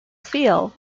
phil